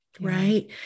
right